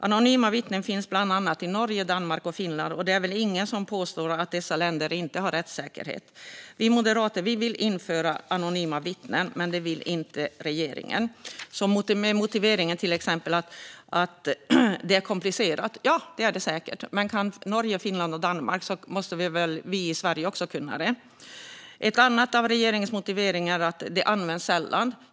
Anonyma vittnen finns bland annat i Norge, Danmark och Finland, och det är väl ingen som kan påstå att dessa länder inte har rättssäkerhet. Vi moderater vill införa anonyma vittnen, men det vill inte regeringen. Regeringens motivering är bland annat att det är komplicerat. Ja, det är det säkert, men om Norge, Finland och Danmark kan måste väl även Sverige kunna göra det. En annan av regeringens motiveringar är att anonyma vittnen används sällan.